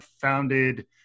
founded